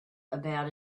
about